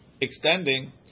extending